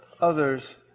others